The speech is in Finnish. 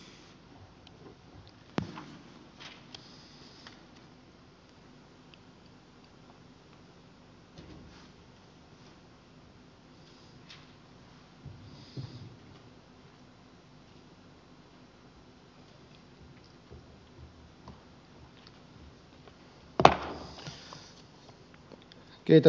arvoisa puhemies